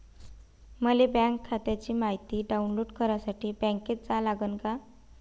मले बँक खात्याची मायती डाऊनलोड करासाठी बँकेत जा लागन का?